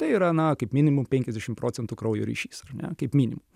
tai yra na kaip minimum penkiasdešimt procentų kraujo ryšys ar ne kaip minimum